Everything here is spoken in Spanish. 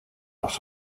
los